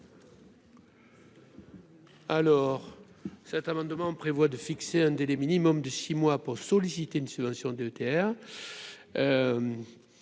Alors cet amendement prévoit de fixer un délai minimum de six mois pour solliciter une subvention de